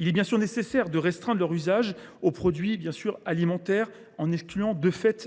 Il est bien sûr nécessaire de restreindre leur usage aux seuls produits alimentaires, en excluant